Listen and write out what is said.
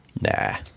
Nah